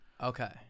Okay